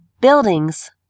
buildings